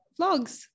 vlogs